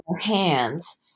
hands